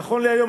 נכון להיום,